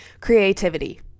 creativity